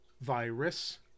virus